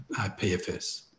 PFS